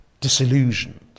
disillusioned